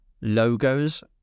logos